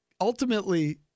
ultimately